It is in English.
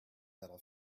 little